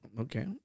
okay